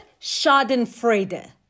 Schadenfreude